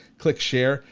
click share,